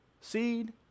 seed